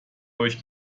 euch